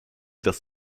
das